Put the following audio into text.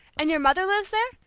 and your mother lives there?